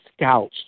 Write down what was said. scouts